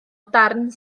darn